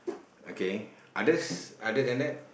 okay others other than that